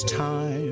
time